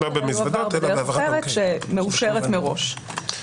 אלא יועבר בדרך אחרת שמאושרת מראש.